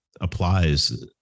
applies